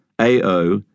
AO